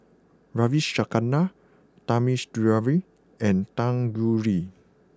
Ravi Shankar Thamizhavel and Tanguturi